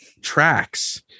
tracks